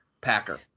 Packer